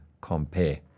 compare